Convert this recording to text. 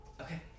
Okay